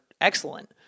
excellent